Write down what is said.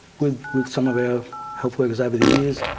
with with some of our health workers, over the years,